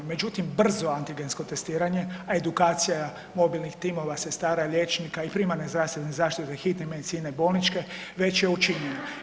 Međutim, brzo antigensko testiranja, a edukacija mobilnih timova, sestara, liječnika i primarne zdravstvene zaštite te hitne medicine bolničke već je učinjena.